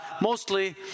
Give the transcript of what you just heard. mostly